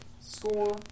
Score